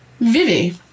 Vivi